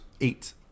Eight